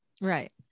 Right